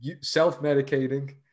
self-medicating